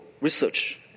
research